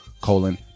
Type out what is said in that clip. colon